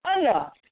enough